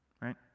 right